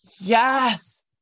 Yes